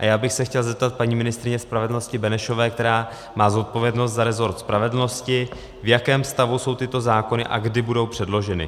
A já bych se chtěl zeptat paní ministryně spravedlnosti Benešové, která má zodpovědnost za rezort spravedlnosti, v jakém stavu jsou tyto zákony a kdy budou předloženy.